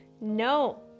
no